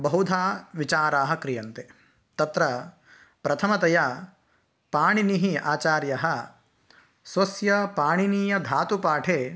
बहुधा विचाराः क्रियन्ते तत्र प्रथमतया पाणिनिः आचार्यः स्वस्य पाणिनीयधातुपाठे